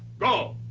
but